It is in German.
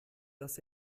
dass